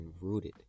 rooted